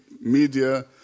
media